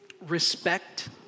respect